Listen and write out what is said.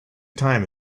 time